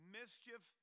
mischief